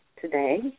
today